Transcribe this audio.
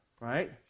right